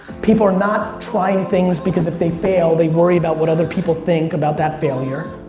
people are not trying things because if they fail, they worry about what other people think about that failure.